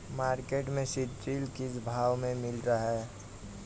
Market में सीद्रिल किस भाव में मिल रहा है?